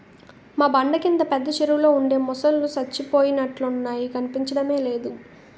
మా బండ కింద పెద్ద చెరువులో ఉండే మొసల్లు సచ్చిపోయినట్లున్నాయి కనిపించడమే లేదు